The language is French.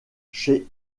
chez